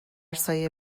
سایه